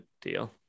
deal